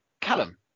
Callum